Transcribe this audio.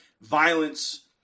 violence